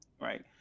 right